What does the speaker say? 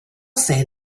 say